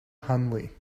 hunley